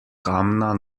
kamna